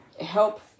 help